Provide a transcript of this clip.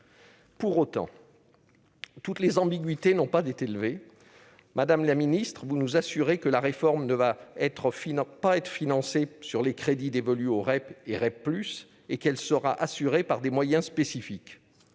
Pour autant, toutes les ambiguïtés n'ont pas été levées. Madame la secrétaire d'État, vous nous assurez que la réforme ne va pas être financée sur les crédits dévolus aux REP et aux REP+ et qu'elle sera assurée par des moyens spécifiques.